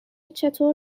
چطور